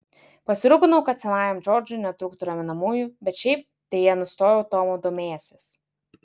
pasirūpinau kad senajam džordžui netrūktų raminamųjų bet šiaip deja nustojau tomu domėjęsis